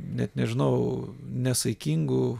net nežinau nesaikingų